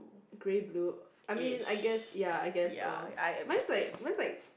grey blue I mean I guess ya I guess so mine's like mine's like